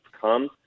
come